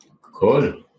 Cool